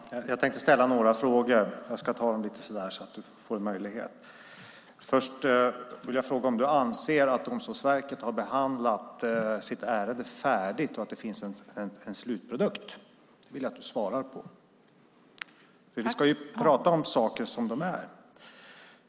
Fru talman! Jag tänkte ställa några frågor. Jag ska ta dem i tur och ordning så att Mattias Jonsson får en möjlighet att svara. Först vill jag fråga om du anser att Domstolsverket har behandlat sitt ärende färdigt och att det finns en slutprodukt. Det vill jag att du svarar på. Vi ska ju prata om saker som de är.